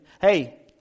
Hey